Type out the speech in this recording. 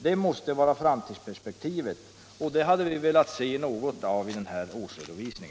Det måste vara framtidsperspektivet. Och det hade vi velat se något av i denna årsredovisning.